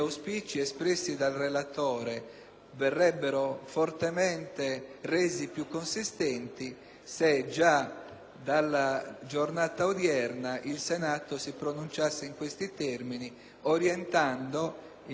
dalla giornata odierna il Senato si pronunciasse in questi termini, orientando in maniera sensibile il lavoro che domani il CIPE dovrà sviluppare. Quindi, con il suo consenso, signora